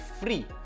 free